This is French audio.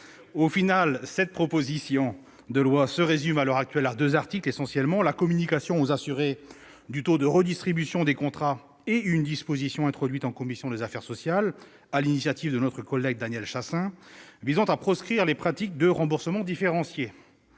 l'essentiel, cette proposition de loi se résume actuellement à deux mesures : la communication aux assurés du taux de redistribution des contrats et une disposition introduite en commission des affaires sociales, sur l'initiative de notre collègue Daniel Chasseing, visant à proscrire les pratiques de remboursement différencié.